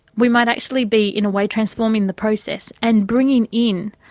we might actually be in a way transforming the process, and bringing in,